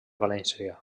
valència